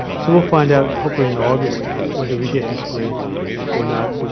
so we'll find out hopefully in august whether we get this grant or not.